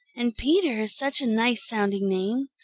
and peter is such a nice sounding name!